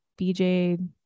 BJ